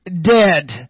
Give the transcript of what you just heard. dead